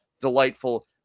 delightful